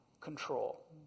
control